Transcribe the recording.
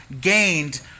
gained